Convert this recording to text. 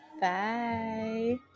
Bye